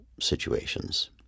situations